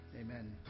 Amen